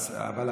מה,